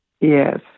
Yes